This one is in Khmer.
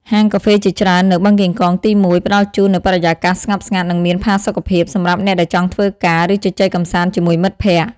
ហាងកាហ្វេជាច្រើននៅ បឹងកេងកងទី១ ផ្តល់ជូននូវបរិយាកាសស្ងប់ស្ងាត់ និងមានផាសុកភាព សម្រាប់អ្នកដែលចង់ធ្វើការ ឬជជែកកម្សាន្តជាមួយមិត្តភក្តិ។